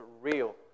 real